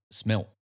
smell